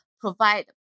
provide